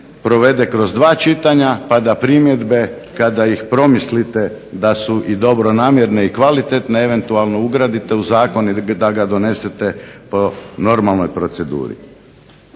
provede kroz dva čitanja pa da primjedbe kada ih promislite da su dobronamjerne i kvalitetne eventualno ugradite u Zakon ili da ga donesete po normalnoj proceduri.